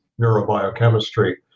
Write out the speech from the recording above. neurobiochemistry